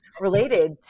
related